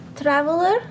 traveler